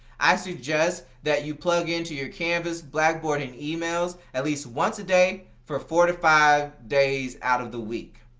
i suggest that you plug-in to your canvas, blackboard, and emails at least once a day for four to five days out of the week.